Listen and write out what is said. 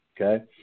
Okay